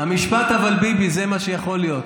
המשפט "אבל ביבי" זה מה שיכול להיות.